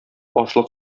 ашлык